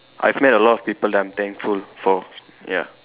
I've met a lot of people that I'm thankful for ya